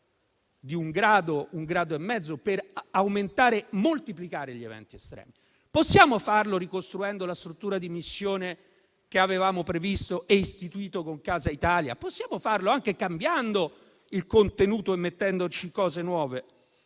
di un grado e mezzo per moltiplicare gli eventi estremi. Possiamo farlo ricostruendo la struttura di missione che avevamo previsto e istituito con il Piano casa Italia? Possiamo farlo anche cambiando il contenuto e mettendoci nuove